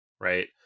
Right